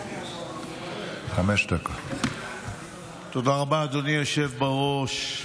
רבה, אדוני היושב בראש.